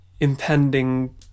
Impending